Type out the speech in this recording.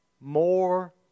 More